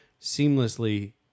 seamlessly